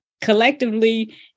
collectively